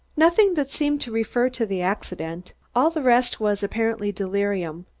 nothing that seemed to refer to the accident. all the rest was apparently delirium.